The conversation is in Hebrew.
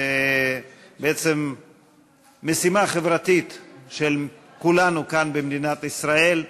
ובעצם משימה חברתית של כולנו כאן במדינת ישראל.